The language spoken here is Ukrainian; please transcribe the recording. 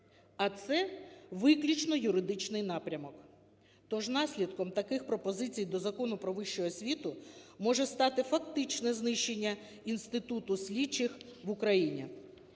а це виключно юридичний напрямок. То ж наслідком таких пропозицій до Закону "Про вищу освіту" може стати фактичне знищення інституту слідчих в Україні.